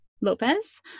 Lopez